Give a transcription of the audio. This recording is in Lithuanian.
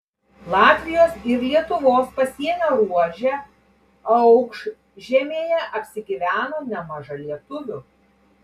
latvijos ir lietuvos pasienio ruože aukšžemėje apsigyveno nemaža lietuvių